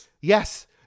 yes